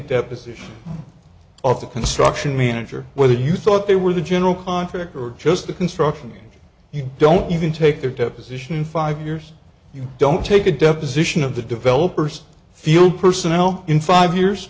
deposition of the construction manager whether you thought they were the general contractor or just the construction you don't even take there to position five years you don't take a deposition of the developers feel personnel in five years